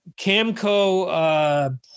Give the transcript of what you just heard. Camco